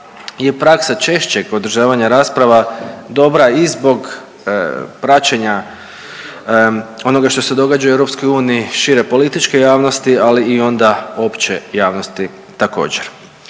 je praksa češćeg održavanja rasprava dobra i zbog praćenja onoga što se događa u EU, šire političke javnosti, ali i onda opće javnosti također.